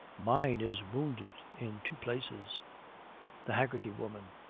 mine is wounded in two places the haggerty woman.